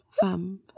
fam